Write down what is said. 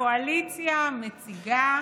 הקואליציה מציגה